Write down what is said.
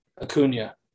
Acuna